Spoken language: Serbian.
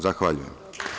Zahvaljujem.